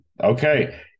Okay